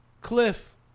Cliff